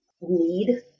need